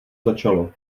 začalo